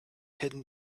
hidden